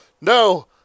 No